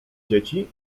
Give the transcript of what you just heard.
dzieci